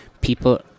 people